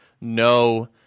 no